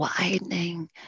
widening